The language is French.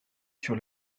sur